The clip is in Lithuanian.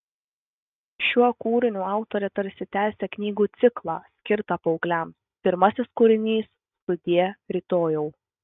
šiuo kūriniu autorė tarsi tęsia knygų ciklą skirtą paaugliams pirmasis kūrinys sudie rytojau